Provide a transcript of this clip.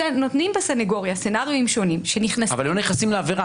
נותנים בסנגוריה תרחישים שונים שנכנסים --- הם לא נכנסים לעבירה.